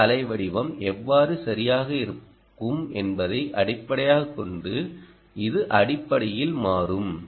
இந்த அலைவடிவம் எவ்வாறு சரியாக இருக்கும் என்பதை அடிப்படையாகக் கொண்டு இது அடிப்படையில் மாறும்